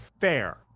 fair